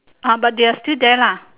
ah but they are still there lah